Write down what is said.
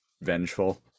vengeful